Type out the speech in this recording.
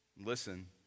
Listen